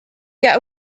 get